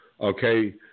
okay